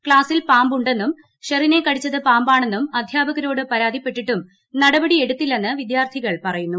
ക്ലാസിൽ പാമ്പ് ഉണ്ടെന്നും ഷെറിനെ കടിച്ചത് പാമ്പ് ആണെന്നും അധ്യാപകരോട് പരാതിപ്പെട്ടിട്ടും നടപടി എടുത്തില്ലെന്നു വിദ്യാർഥികൾ പറയുന്നു